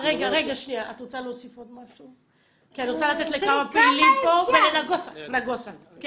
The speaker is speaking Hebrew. ז': כמה אפשר?